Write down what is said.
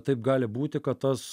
taip gali būti kad tas